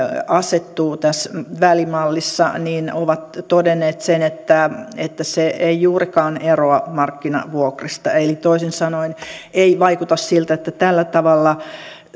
asettuu tässä välimallissa ovat todenneet sen että että se ei juurikaan eroa markkinavuokrista toisin sanoen ei vaikuta siltä että tällä tavalla